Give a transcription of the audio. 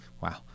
Wow